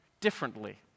differently